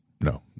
no